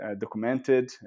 documented